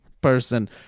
person